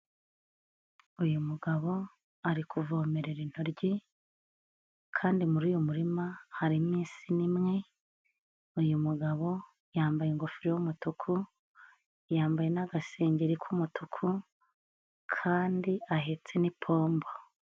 Uyu mugabo ari kuvomerera intoryi kandi muri uyu murima, harimo insina imwe, uyu mugabo yambaye ingofero y'umutuku, yambaye n'agasengeri k'umutuku kandi ahetse n'ipombo.